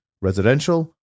residential